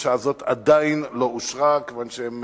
והבקשה הזאת עדיין לא אושרה, כיוון שהם